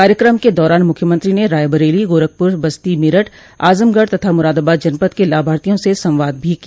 कार्यक्रम के दौरान मुख्यमंत्री ने रायबरेली गोरखपुर बस्ती मेरठ आजमगढ़ तथा मुरादाबाद जनपद के लाभार्थियों से संवाद भो किया